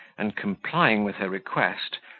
and, complying with her request,